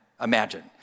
imagine